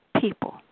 people